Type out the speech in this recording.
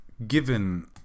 Given